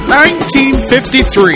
1953